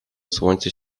słońce